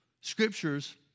scriptures